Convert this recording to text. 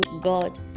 God